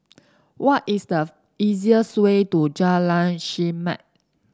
what is the easiest way to Jalan Chermat